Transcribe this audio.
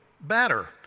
better